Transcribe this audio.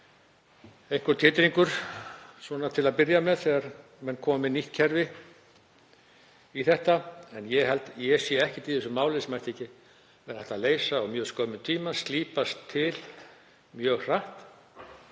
einhver titringur svona til að byrja með þegar menn koma með nýtt kerfi í þetta, en ég sé ekkert í þessu máli sem ekki er hægt að leysa á mjög skömmum tíma, slípa til mjög hratt.